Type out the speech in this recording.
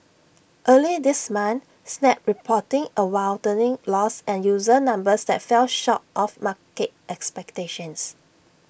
early this month snap reporting A widening loss and user numbers that fell short of market expectations